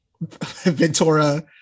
Ventura